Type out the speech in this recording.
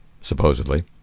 supposedly